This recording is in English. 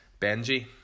benji